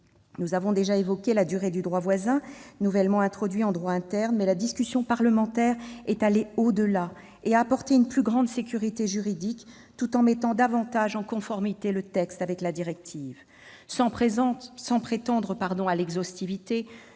Nous avons déjà évoqué la durée du droit voisin nouvellement introduit en droit interne ; mais la discussion parlementaire est allée au-delà et a apporté une plus grande sécurité juridique, tout en mettant davantage en conformité le texte avec la directive. Sans prétendre à l'exhaustivité,